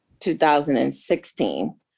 2016